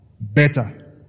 better